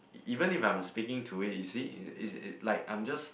even if I'm speaking to it you see it's is like I'm just